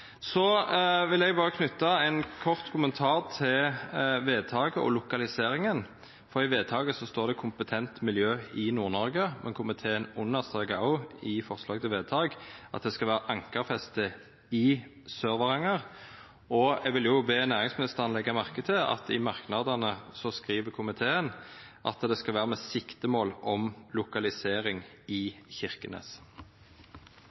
Så vil eg berre knyta ein kort kommentar til vedtaket og lokaliseringa. I vedtaket står det «kompetent miljø i Nord-Norge», men komiteen understrekar òg i forslaget til vedtak at det skal vera «med ankerfeste i Sør-Varanger». Eg vil be næringsministeren leggja merke til at i merknadene skriv komiteen at det skal vera «med siktemål om lokalisering